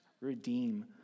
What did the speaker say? redeem